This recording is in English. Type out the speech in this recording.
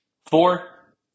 Four